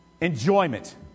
enjoyment